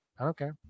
okay